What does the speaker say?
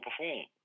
perform